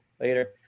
later